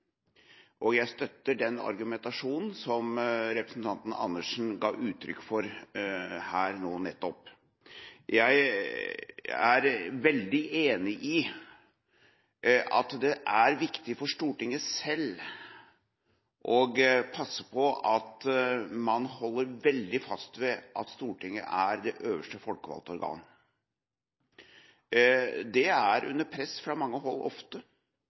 Jeg støtter den argumentasjonen som representanten Andersen ga uttrykk for her nå nettopp. Jeg er veldig enig i at det er viktig for Stortinget selv å passe på at man holder veldig fast ved at Stortinget er det øverste folkevalgte organ. Det er ofte under press fra mange hold,